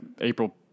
April